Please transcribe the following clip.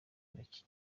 intoki